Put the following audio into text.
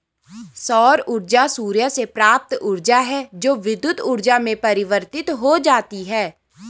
सौर ऊर्जा सूर्य से प्राप्त ऊर्जा है जो विद्युत ऊर्जा में परिवर्तित हो जाती है